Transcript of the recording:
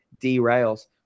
derails